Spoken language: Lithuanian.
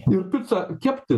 ir picą kepti